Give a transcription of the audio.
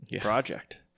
project